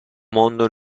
mondo